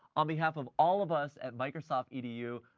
on behalf of all of us at microsoft edu,